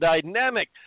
dynamic